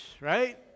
right